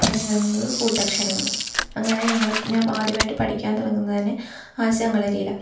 പറഞ്ഞു തുടങ്ങുന്നത് കൂട്ടക്ഷരങ്ങൾ അങ്ങനെ ഞങ്ങൾ ഞാൻ ആദ്യമായിട്ടു പഠിക്കാൻ തുടങ്ങുന്നതു തന്നെ ആശാൻ കളരിയിലാണ്